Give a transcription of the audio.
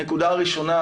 נקודה ראשונה